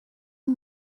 اون